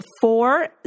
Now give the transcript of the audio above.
four